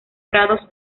prados